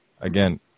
again